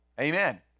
Amen